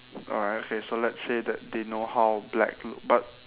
alright okay so let's say that they know how black look but